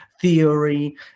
theory